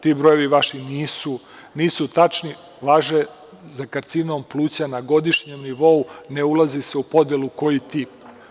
Ti brojevi vaši nisu tačni, važe za karcinom pluća na godišnjem nivou, ne ulazi se u podelu koji tip.